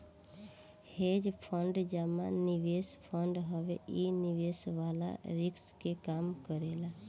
hedge fund जमा निवेश fund हवे इ निवेश वाला रिस्क के कम करेला